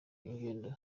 ingendo